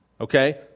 Okay